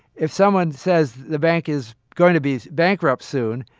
if someone says the bank is going to be bankrupt soon,